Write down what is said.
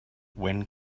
when